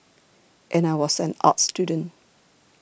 and I was an arts student